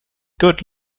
good